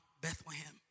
Bethlehem